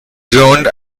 groaned